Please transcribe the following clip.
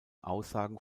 aussagen